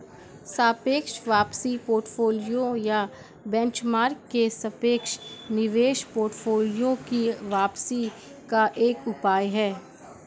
सापेक्ष वापसी पोर्टफोलियो या बेंचमार्क के सापेक्ष निवेश पोर्टफोलियो की वापसी का एक उपाय है